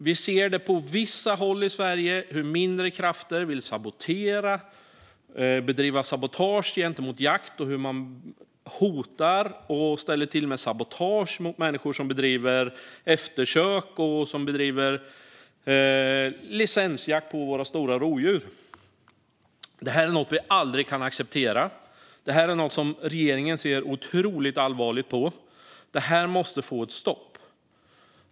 Vi ser också på vissa håll i Sverige hur mindre krafter vill bedriva sabotage gentemot jakt, hur man hotar och ställer till med sabotage mot människor som bedriver eftersök eller licensjakt på våra stora rovdjur. Detta är något vi aldrig kan acceptera och något regeringen ser otroligt allvarligt på. Det här måste få ett stopp.